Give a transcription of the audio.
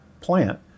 plant